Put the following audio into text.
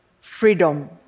freedom